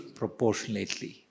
proportionately